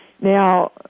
Now